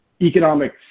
economic